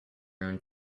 own